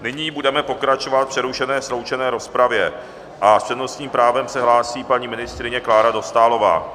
Nyní budeme pokračovat v přerušené sloučené rozpravě a s přednostním právem se hlásí paní ministryně Klára Dostálová.